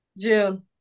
June